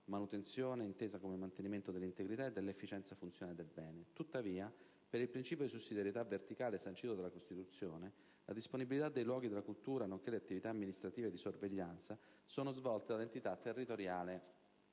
manutenzione (intesa come mantenimento dell'integrità e dell'efficienza funzionale del bene). Tuttavia, per il principio di sussidiarietà verticale sancito dalla Costituzione, la disponibilità dei luoghi della cultura, nonché le attività amministrative di sorveglianza, sono svolte dall'entità territoriale